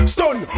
Stun